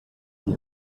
die